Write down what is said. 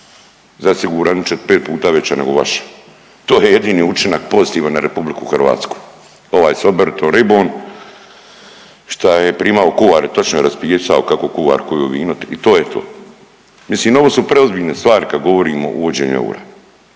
razumije./... 5 puta veće nego vaše. To je jedini učinak pozitivan na RH. Ovaj sa oboritom ribon, šta je primao kuhare, točno je raspisao kako kuhar koje vino i to je to. Mislim, ovo su preozbiljne stvari kad govorimo o uvođenju eura.